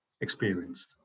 experienced